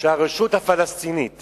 הרשות הפלסטינית